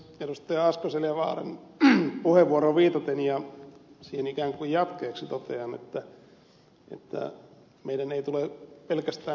asko seljavaaran puheenvuoroon viitaten ja siihen ikään kuin jatkeeksi totean että meidän ei tule pelkästään huomioida